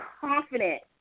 confident